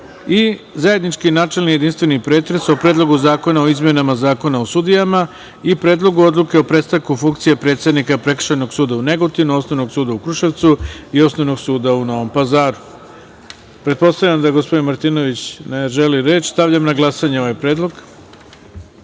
i zajednički načelni i jedinstveni pretres o: Predlogu zakona o izmenama Zakona o sudijama i Predlogu odluke o prestanku funkcije predsednika Prekršajnog suda u Negotinu, Osnovnog suda u Kruševcu i Osnovnog suda u Novom Pazaru. Pretpostavljam da gospodin Martinović ne želi reč?(Aleksandar